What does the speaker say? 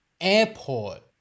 airport